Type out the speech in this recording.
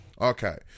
Okay